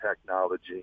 technology